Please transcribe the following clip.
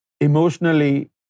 emotionally